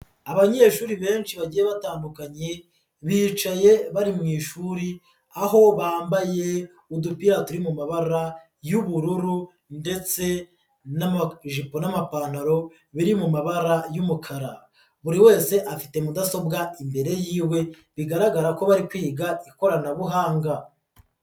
Abanyeshuri benshi bagiye batandukanye bicaye bari mu ishuri aho bambaye udupira turi mu mabara y'ubururu ndetse n'amajipo n'amapantaro biri mu mabara y'umukara, buri wese afite mudasobwa imbere y'iwe bigaragara ko bari kwiga ikoranabuhanga.